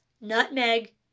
nutmeg